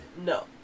No